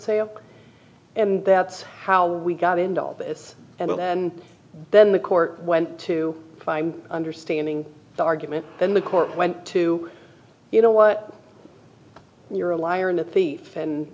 sale and that's how we got into this and then the court went to by understanding the argument then the court went to you know what you're a liar and a thief and